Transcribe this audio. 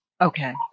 Okay